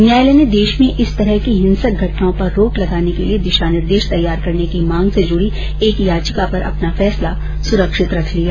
न्यायालय ने देश में इस तरह की हिंसक घटनाओं पर रोक लगाने के लिए दिशा निर्देश तैयार करने की मांग से जुड़ी एक याचिका पर अपना फैसला सुरक्षित रख लिया